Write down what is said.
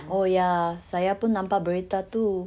oh ya saya pun nampak berita tu